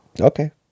Okay